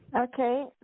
Okay